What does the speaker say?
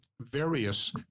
various